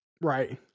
Right